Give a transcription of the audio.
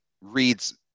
reads